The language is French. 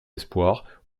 espoir